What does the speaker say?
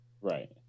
Right